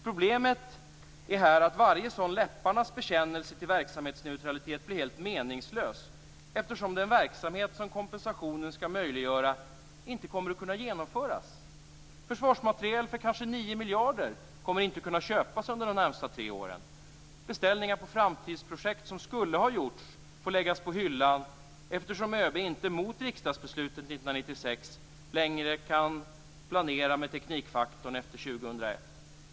Problemet här är att varje sådan läpparnas bekännelse till verksamhetsneutralitet blir helt meningslös, eftersom den verksamhet som kompensationen skall möjliggöra inte kommer att kunna genomföras. Försvarsmateriel för kanske 9 miljarder kommer inte att kunna köpas under de närmaste tre åren. Beställningar på framtidsprojekt som skulle ha gjorts får läggas på hyllan, eftersom ÖB inte - mot riksdagsbeslutet 1996 - längre kan planera med teknikfaktorn efter 2001.